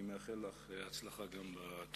תודה, אני מאחל לך הצלחה גם בתפקיד.